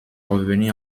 revenir